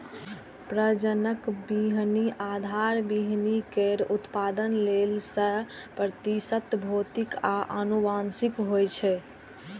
प्रजनक बीहनि आधार बीहनि केर उत्पादन लेल सय प्रतिशत भौतिक आ आनुवंशिक होइ छै